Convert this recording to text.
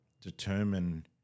determine